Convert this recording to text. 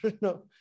No